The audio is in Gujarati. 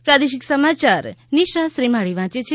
પ્રાદેશિક સમાચાર નિશા શ્રીમાળી વાંચ છે